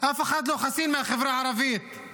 אף אחד מהחברה הערבית לא חסין,